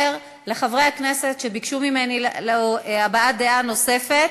לחברי הכנסת שביקשו ממני הבעת דעה נוספת.